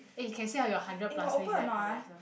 eh can say out your hundred plus list eh from the excel